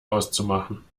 auszumachen